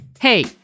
Hey